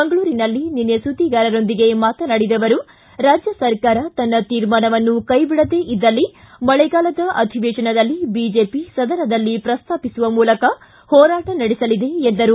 ಮಂಗಳೂರಿನಲ್ಲಿ ನಿನ್ನೆ ಸುದ್ದಿಗಾರರೊಂದಿಗೆ ಮಾತನಾಡಿದ ಅವರು ರಾಜ್ಯ ಸರಕಾರ ತನ್ನ ತೀರ್ಮಾನವನ್ನು ಕೈ ಬಿಡದೇ ಇದ್ದಲ್ಲಿ ಮಳೆಗಾಲದ ಅಧಿವೇಶನದಲ್ಲಿ ಬಿಜೆಪಿ ಸದನದಲ್ಲಿ ಪ್ರಸ್ತಾಪಿಸುವ ಮೂಲಕ ಹೋರಾಟ ನಡೆಸಲಿದೆ ಎಂದರು